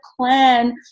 plan